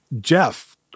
Jeff